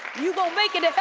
you gon' make it